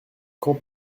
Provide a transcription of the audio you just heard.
quand